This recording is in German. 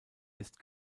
ist